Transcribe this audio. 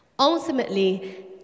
Ultimately